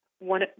one